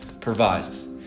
provides